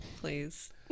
please